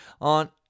on